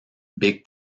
big